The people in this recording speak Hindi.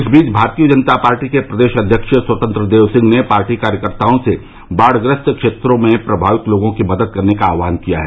इस बीच भारतीय जनता पार्टी के प्रदेश अच्यक्ष स्वतंत्र देव सिंह ने पार्टी कार्यकर्ताओं से बाढ़ग्रस्त क्षेत्रों में प्रमावित लोगों की मदद करने का आहवान किया है